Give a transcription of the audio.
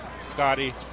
Scotty